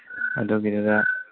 ꯑꯗꯨꯒꯤꯗꯨꯗ